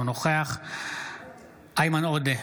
אינו נוכח איימן עודה,